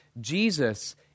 Jesus